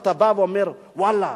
אתה באה ואומר: ואללה,